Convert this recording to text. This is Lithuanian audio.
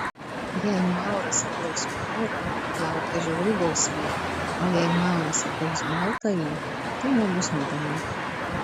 jei mauras apgaus maurą laukia žiauri bausmė o jei mauras apgaus baltąjį tai nebus nuodėmė